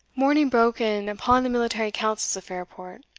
morning broke in upon the military councils of fairport,